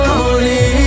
holy